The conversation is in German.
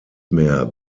mehr